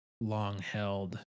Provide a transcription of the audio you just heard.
long-held